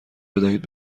بدهید